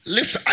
Lift